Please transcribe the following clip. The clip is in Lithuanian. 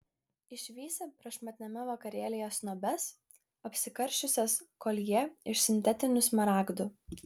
išvysi prašmatniame vakarėlyje snobes apsikarsčiusias koljė iš sintetinių smaragdų